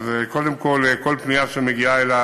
אז קודם כול, כל פנייה שמגיעה אלי